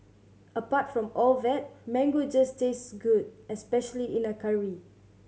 apart from all that mango just tastes good especially in a curry